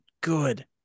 good